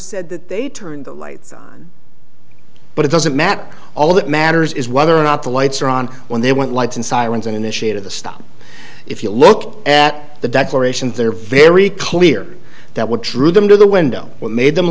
said that they turned the lights on but it doesn't matter all that matters is whether or not the lights are on when they want lights and sirens and initiated the stop if you look at the declarations they're very clear that what drew them to the window what made them